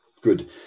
good